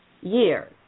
years